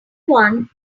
one